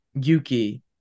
yuki